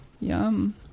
Yum